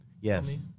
Yes